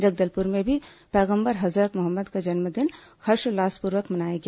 जगदलपुर में भी पैगम्बर हजरत मोहम्मद का जन्मदिन हर्षोल्लासपूर्वक मनाया गया